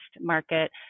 market